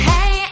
Hey